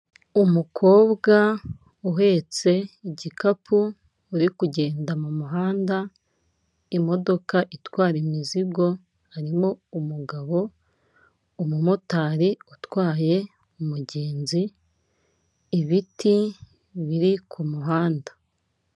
Umukobwa uhetse igikapu uri kugenda mu muhanda, imodoka itwara imizigo harimo umugabo, umumotari utwaye umugenzi ibiti biri ku muhanda.